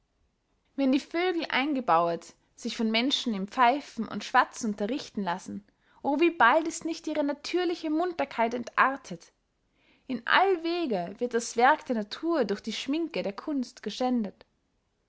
wenn die vögel eingebauret sich von menschen im pfeifen und schwatzen unterrichten lassen o wie bald ist nicht ihre natürliche munterkeit entartet in allwege wird das werk der natur durch die schminke der kunst geschändet